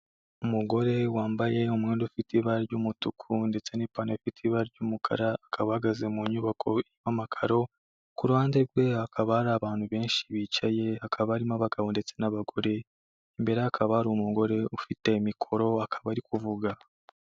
Umugore wambaye umwenda ufite ibara ry'umutuku ndetse n'ipantaro ifite abara ry'umukara, akaba ahagaze mu nyubako y'amakaro, ku ruhande rwe hakaba hari abantu benshi bicaye hakaba arimo abagabo ndetse n'abagore , imbere hakaba hari umugore ufite mikoro akaba ari kuvuga.